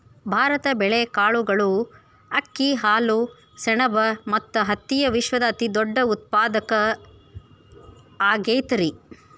ಭಾರತ ಬೇಳೆ, ಕಾಳುಗಳು, ಅಕ್ಕಿ, ಹಾಲು, ಸೆಣಬ ಮತ್ತ ಹತ್ತಿಯ ವಿಶ್ವದ ಅತಿದೊಡ್ಡ ಉತ್ಪಾದಕ ಆಗೈತರಿ